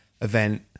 event